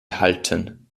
halten